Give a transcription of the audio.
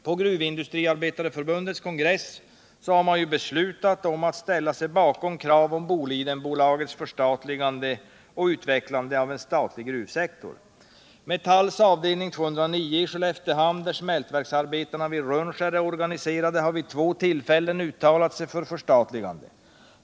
På Gruvindustriarbetareförbundets kongress beslutade man att sluta upp bakom kravet på Bolidenbolagets förstatligande och utvecklandet av en statlig gruvsektor. Metalls avd. 209 i Skelleftehamn, där smältverksarbetarna vid Rönnskär är organiserade, har vid två tillfällen uttalat sig för förstatligande.